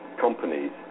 companies